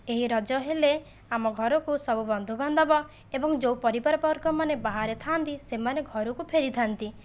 ଏହି ରଜ ହେଲେ ଆମ ଘରକୁ ସବୁ ବନ୍ଧୁବାନ୍ଧବ ଏବଂ ଯେଉଁ ପରିବାରବର୍ଗମାନେ ବାହାରେ ଥା'ନ୍ତି ସେମାନେ ଘରକୁ ଫେରିଥା'ନ୍ତି